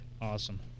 Awesome